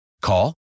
Call